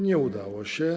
Nie udało się.